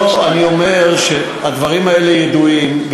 לא, אני אומר שהדברים האלה ידועים.